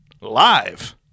live